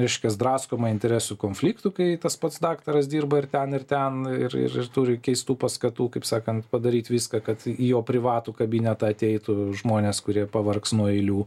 reiškias draskoma interesų konfliktų kai tas pats daktaras dirba ir ten ir ten ir ir turi keistų paskatų kaip sakant padaryt viską kad į jo privatų kabinetą ateitų žmonės kurie pavargs nuo eilių